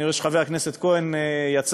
אני רואה שחבר הכנסת כהן יצא,